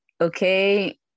Okay